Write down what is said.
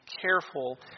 careful